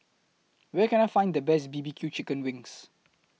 Where Can I Find The Best B B Q Chicken Wings